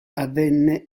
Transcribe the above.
avvenne